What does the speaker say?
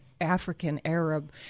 African-Arab